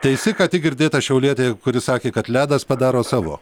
teisi ką tik girdėta šiaulietė kuri sakė kad ledas padaro savo